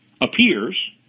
appears